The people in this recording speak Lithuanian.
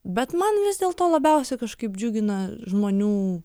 bet man vis dėlto labiausiai kažkaip džiugina žmonių